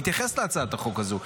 אני אתייחס להצעת החוק הזו,